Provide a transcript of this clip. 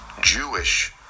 Jewish